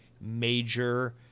major